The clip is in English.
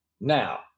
now